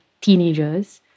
teenagers